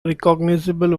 recognizable